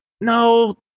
no